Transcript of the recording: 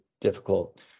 difficult